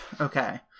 Okay